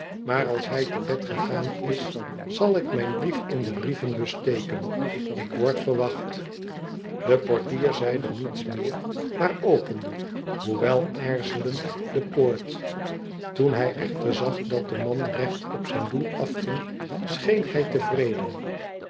maar als hij te bed gegaan is zal ik mijn brief in de brievenbus steken ik word verwacht de portier zeide niets meer maar opende hoewel aarzelend de poort toen hij echter zag dat de man recht op zijn doel afging scheen hij tevreden